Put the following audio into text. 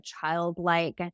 childlike